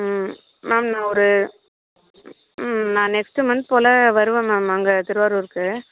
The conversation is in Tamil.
ம் மேம் நான் ஒரு நான் நெக்ஸ்ட் மந்த் போல் வருவேன் மேம் அங்கே திருவாரூர்க்கு